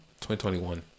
2021